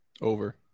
Over